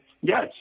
yes